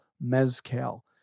Mezcal